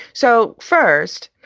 so first,